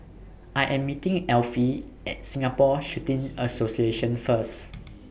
I Am meeting Elfie At Singapore Shooting Association First